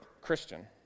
Christian